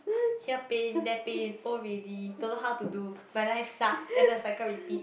here pain there pain old already don't know how to do my life sucks then the cycle repeats